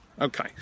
Okay